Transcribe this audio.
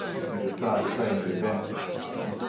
if you describe a train of events to them,